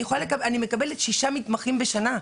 אני מקבלת שישה מתמחים בשנה.